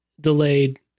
delayed